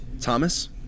Thomas